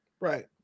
right